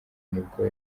nibwo